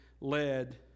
led